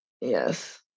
Yes